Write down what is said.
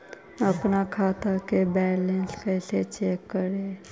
अपन खाता के बैलेंस कैसे चेक करे?